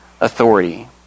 authority